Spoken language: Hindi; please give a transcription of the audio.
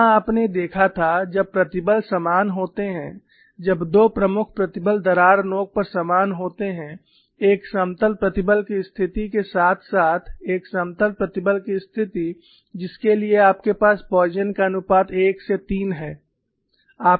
वहां आपने देखा था जब प्रतिबल समान होते हैं जब दो प्रमुख प्रतिबल दरार नोक पर समान होते हैं एक समतल प्रतिबल की स्थिति के साथ साथ एक समतल प्रतिबल की स्थिति जिसके लिए आपके पास पॉइज़न का अनुपात 1 से 3 है